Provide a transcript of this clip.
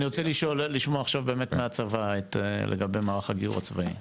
אני רוצה לשמוע עכשיו באמת מהצבא לגבי מערך הגיור הצבאי.